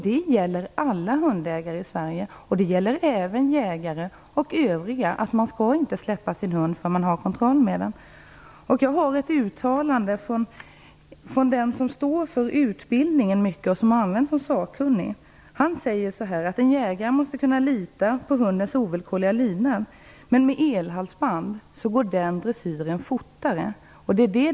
Det gäller alla hundägare i Sverige, även jägare och övriga. Man skall inte släppa lös sin hund förrän man har kontroll över den.